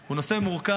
הוא נושא מורכב,